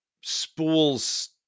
spools